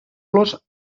los